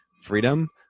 freedom